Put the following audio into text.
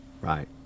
Right